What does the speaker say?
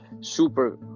super